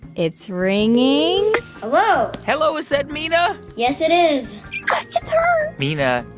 it's ringing hello? hello, is that mina? yes, it is it's her mina,